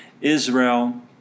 Israel